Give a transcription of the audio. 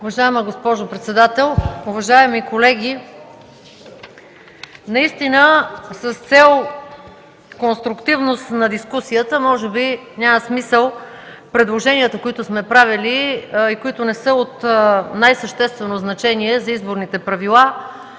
Уважаема госпожо председател, уважаеми колеги! Наистина с цел конструктивност на дискусията може би няма смисъл предложенията, които сме правили и не са от най-съществено значение за изборните правила,